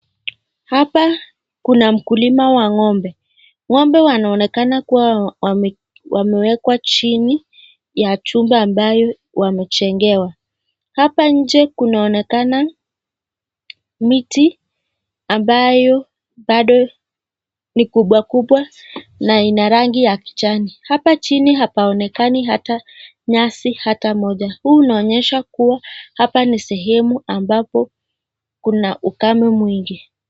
Hapa kuna mkulima wa ng'ombe , ng'ombe wanaonekana kuwa wamewekwa chini ya chumba ambayo wamejengewa. Hapa nje kunaonekana miti ambayo bado ni kubwa kubwa na ina rangi ya kijani hapa chini hapaonekani hata nyasi hata moja ,huu unaonyesha kuwa hapa ni sehemu ambapo kuna ukame mwingi.